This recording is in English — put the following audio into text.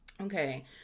Okay